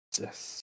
Yes